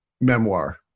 memoir